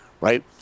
right